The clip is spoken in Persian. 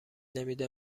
نمیده